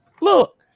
look